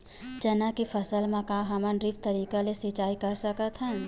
चना के फसल म का हमन ड्रिप तरीका ले सिचाई कर सकत हन?